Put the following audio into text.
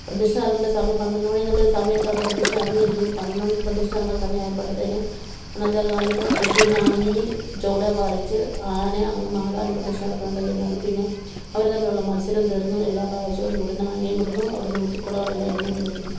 പ്രദിക്ഷണം ഇറങ്ങേണ്ട സമയം പന്ത്രണ്ട് മണീന്നൊരു സമയം ഉണ്ടെങ്കിൽ അവിടെ പ്രദിക്ഷണം ഇറങ്ങിയിരിക്കും പന്ത്രണ്ട് മണിക്ക് പ്രദദക്ഷിണം ഇറങ്ങേണ്ട സമയം ആയപ്പോഴ്ത്തേന് അന്നത്തെക്കാലത്ത് കെട്ടിയിരുന്ന ആഞ്ഞിലി ചോടെ പറിച്ച് ആനയെ അങ്ങ് മാതാവിൻ്റെ പ്രദിക്ഷിണം ഇറക്കുന്ന തയ്യാറായി അതുപിന്നെ അവർ തമ്മിലുള്ള മത്സരോം തീർന്ന് എല്ലാ പ്രാവശ്യം ഇവിടുന്ന് ആനെ വിടുന്നു അവിടുന്ന് മുത്തുകുടകളെല്ലാം ഇങ്ങോട്ട് തരുന്നു